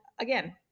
again